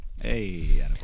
Hey